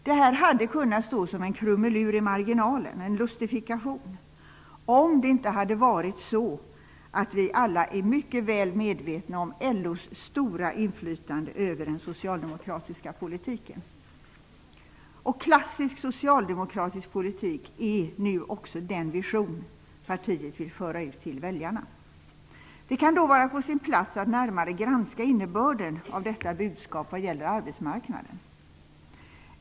Det hade kunnat stå som en krumelur i marginalen, en lustifikation, om det inte hade varit så att vi alla är mycket väl medvetna om LO:s stora inflytande över den socialdemokratiska politiken. Klassisk socialdemokratisk politik är den vision partiet vill föra ut till väljarna. Det kan då vara på sin plats att närmare granska innebörden av detta budskap vad gäller arbetsmarknaden.